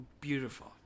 beautiful